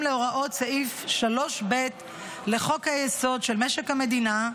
להוראות סעיף 3ב לחוק-יסוד: משק המדינה,